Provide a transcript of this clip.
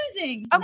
okay